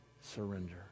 surrender